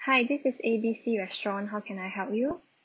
hi this is A_B_C restaurant how can I help you